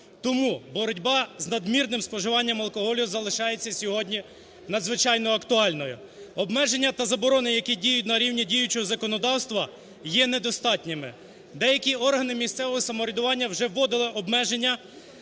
Тому боротьба з надмірним споживанням алкоголю залишається сьогодні надзвичайно актуальною. Обмеження та заборона, які дають на рівні діючого законодавства є недостатніми, деякі органи місцевого самоврядування вже вводили обмеження